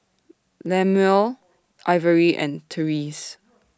Lemuel Ivory and Tyrese